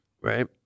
right